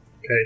Okay